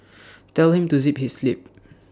tell him to zip his lip